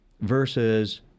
versus